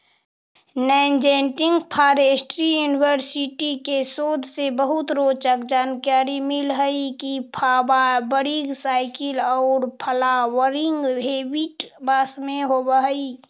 Nanjing forestry university के शोध से बहुत रोचक जानकारी मिल हई के फ्वावरिंग साइकिल औउर फ्लावरिंग हेबिट बास में होव हई